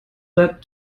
that